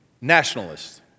nationalists